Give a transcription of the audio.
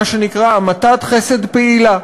מה שנקרא המתת חסד פעילה,